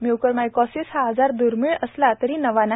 mucormycosis हा आजार द्र्मिळ असला तरी नवा नाही